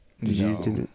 No